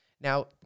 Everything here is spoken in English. Now